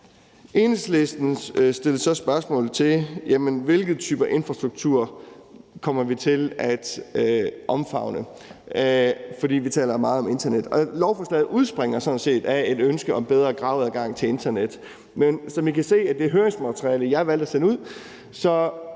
Enhedslisten stillede så spørgsmål om, hvilken type infrastruktur vi kommer til at omfavne, for vi taler meget om internet. Lovforslaget udspringer sådan set af et ønske om bedre graveadgang til internet, men som I kan se af det høringsmateriale, jeg har valgt at sende ud,